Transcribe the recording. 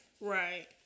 right